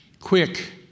quick